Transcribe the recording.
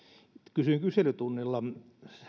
kysyin kyselytunnilla